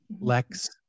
Lex